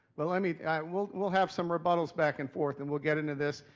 we'll i mean yeah we'll we'll have some rebuttals back and forth. and we'll get into this,